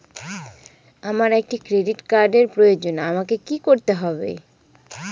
আমার একটি ক্রেডিট কার্ডের প্রয়োজন আমাকে কি করতে হবে?